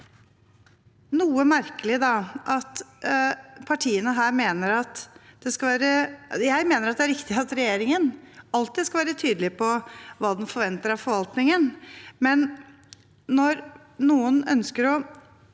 Jeg mener det er riktig at regjeringen alltid skal være tydelig på hva den forventer av forvaltningen,